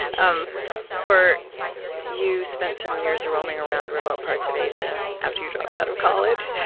um or you spent some years roaming around remote parts of asia, after you dropped out of college.